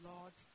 Lord